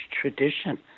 tradition